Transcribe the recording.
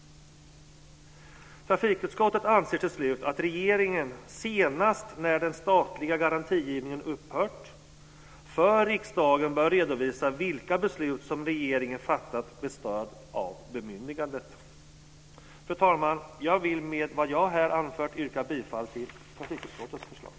Trafikutskottet anser till slut att regeringen senast när den statliga garantigivningen upphört för riksdagen bör redovisa vilka beslut regeringen fattat med stöd av bemyndigandet. Fru talman! Jag vill med vad jag här anfört yrka bifall till trafikutskottets förslag.